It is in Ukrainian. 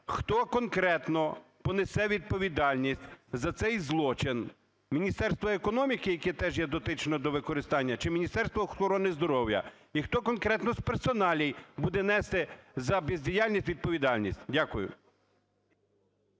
хто конкретно понесе відповідальність за цей злочин? Міністерство економіки, яке теж є дотичне до використання, чи Міністерство охорони здоров'я? І хто конкретно з персоналій буде нести за бездіяльність відповідальність? Веде